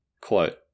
Quote